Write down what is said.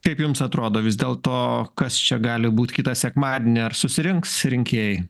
kaip jums atrodo vis dėlto kas čia gali būt kitą sekmadienį ar susirinks rinkėjai